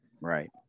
Right